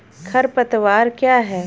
खरपतवार क्या है?